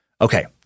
Okay